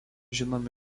žinomi